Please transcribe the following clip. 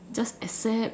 just accept